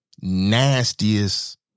nastiest